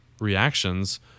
reactions